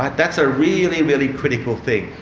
but that's a really, really critical thing.